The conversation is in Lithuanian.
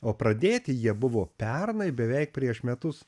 o pradėti jie buvo pernai beveik prieš metus